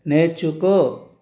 నేర్చుకో